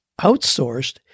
outsourced